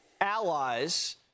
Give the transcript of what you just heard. allies